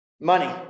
Money